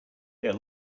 they